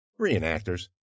Reenactors